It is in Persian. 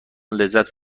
لذت